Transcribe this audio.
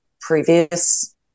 previous